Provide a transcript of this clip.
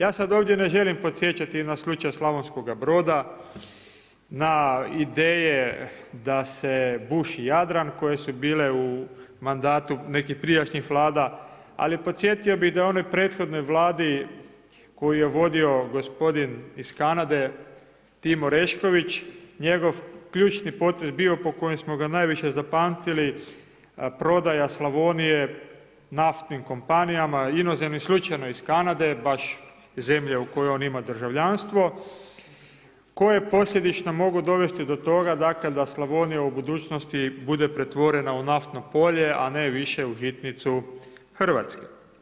Ja sam ovdje ne želim podsjećati na slučaj Slavonskoga Broda, na ideje da se buši Jadran koje su bile u mandatu nekih prijašnjih Vlada, ali podsjetio bih da onoj prethodnoj Vladi koju je vodio gospodin iz Kanade, Tim Orešković, njegov ključni potez je bio po kojem smo ga najviše zapamtili, prodaja Slavonije naftnim kompanijama, inozemnim slučajno iz Kanade, baš iz zemlje u kojoj on ima državljanstvo, koje posljedično mogu dovesti do toga dakle, da Slavonija u budućnosti bude pretvorena u naftno polje a ne više u žitnicu Hrvatske.